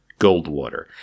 Goldwater